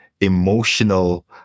emotional